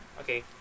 okay